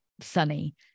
sunny